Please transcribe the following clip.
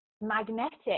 magnetic